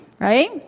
Right